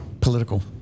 Political